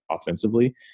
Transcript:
offensively